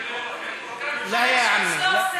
מודה לך.